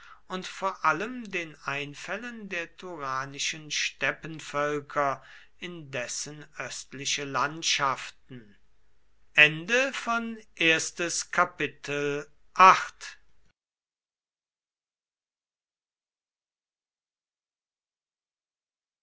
und vor allem den einfällen der turanischen steppenvölker in dessen östliche landschaften